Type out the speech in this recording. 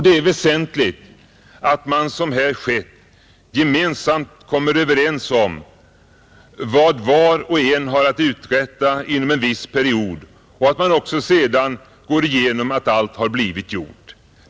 Det är väsentligt att man — som här skett — gemensamt kommer överens om vad var och en har att uträtta inom en viss period och att man också sedan går igenom att allt blivit gjort.